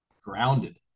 grounded